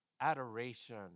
adoration